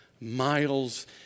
miles